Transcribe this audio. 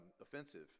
offensive